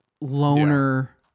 loner